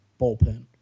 bullpen